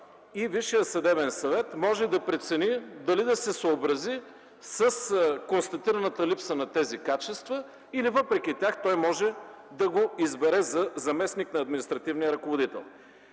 и Висшият съдебен съвет може да прецени дали да се съобрази с констатираната липса на тези качества или въпреки тях той може да го избере за заместник на административния ръководител.